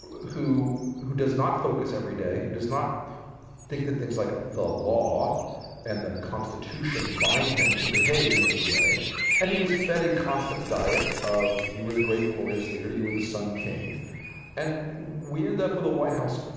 who who does not focus every day who does not think that things like the law and the constitution bind him to behave in any way and he was fed a constant diet of you were the great glorious leader you were the sun king and we end up with a white house.